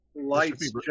lights